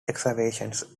excavations